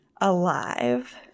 alive